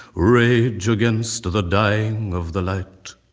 rage against the dying of the light.